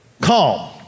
calm